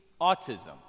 autism